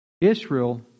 Israel